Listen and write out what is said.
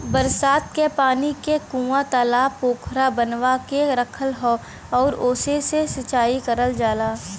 बरसात क पानी क कूंआ, तालाब पोखरा बनवा के रखल हौ आउर ओसे से सिंचाई करल जाला